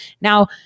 Now